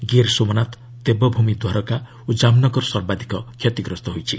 ଗିର୍ ସୋମନାଥ ଦେବଭୂମି ଦ୍ୱାରକା ଓ ଜାମ୍ନଗର ସର୍ବାଧିକ କ୍ଷତିଗ୍ରସ୍ତ ହୋଇଛି